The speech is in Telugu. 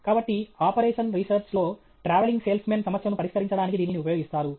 కాబట్టి ఆపరేషన్స్ రీసెర్చ్ లో ట్రావెలింగ్ సేల్స్ మాన్ సమస్యను పరిష్కరించడానికి దీనిని ఉపయోగిస్తారు